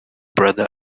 brother